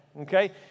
okay